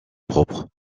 propre